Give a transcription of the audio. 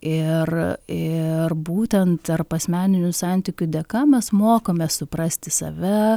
ir ir būtent tarpasmeninių santykių dėka mes mokome suprasti save